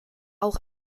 auch